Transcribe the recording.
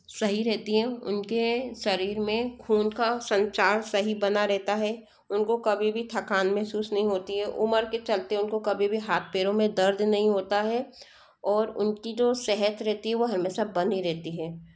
सही रहती हैं उनके शरीर में खून का संचार सही बना रहता है उनको कभी भी थकान महसूस नहीं होती है उम्र के चलते उनको कभी भी हाथ पैरों में दर्द नहीं होता है और उनकी जो सेहत रहती है वह हमेशा बनी रहती है